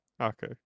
okay